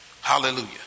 Hallelujah